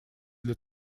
для